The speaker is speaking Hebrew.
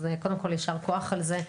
אז קודם כל, יישר כוח על זה.